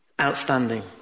outstanding